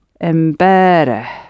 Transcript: Embarrassed